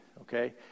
okay